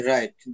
Right